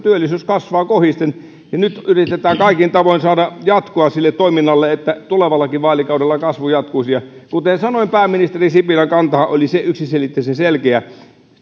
että työllisyys kasvaa kohisten nyt yritetään kaikin tavoin saada jatkoa sille toiminnalle että tulevallakin vaalikaudella kasvu jatkuisi kuten sanoin pääministeri sipilän kantahan oli yksiselitteisen selkeä